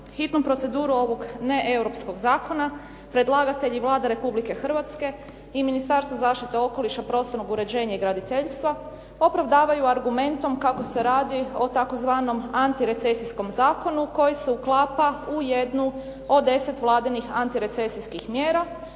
Hitnu proceduru ovog neeuropskog zakona predlagatelj i Vlada Republike Hrvatske i Ministarstvo zaštite okoliša, prostornog uređenja i graditeljstva opravdavaju argumentom kako se radi o tzv. antirecesijskom zakonu koji se uklapa u jednu od 10 Vladinih antirecesijskih mjera,